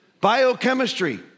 Biochemistry